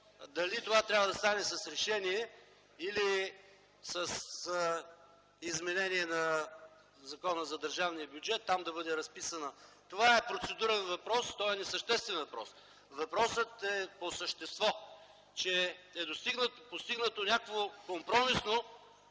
дали това трябва да стане с решение или с изменение на Закона за държавния бюджет, там да бъде разписано. Това е процедурен въпрос, той е несъществен въпрос. Въпросът е по същество, че е постигнато някакво компромисно,